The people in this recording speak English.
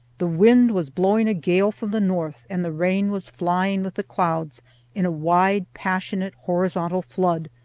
the wind was blowing a gale from the north and the rain was flying with the clouds in a wide passionate horizontal flood,